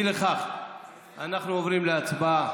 אי לכך, אנחנו עוברים להצבעה.